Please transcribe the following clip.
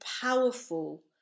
powerful